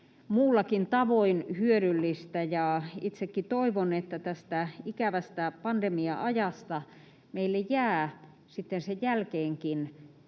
muullakin tavoin hyödyllistä. Itsekin toivon, että tästä ikävästä pandemia-ajasta meille jää sitten sen jälkeenkin